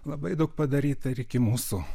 labai daug padaryta ir iki mūsų